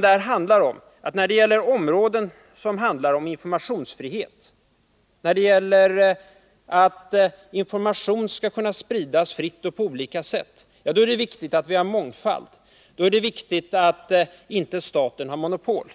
Det handlar om att det på områden som rör informationsfrihet, när det gäller att information skall kunna spridas fritt och på olika sätt, är viktigt att vi har mångfald och att staten inte har monopol.